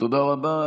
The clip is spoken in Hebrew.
תודה רבה.